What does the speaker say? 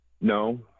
No